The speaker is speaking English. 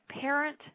parent